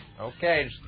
Okay